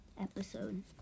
episode